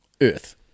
earth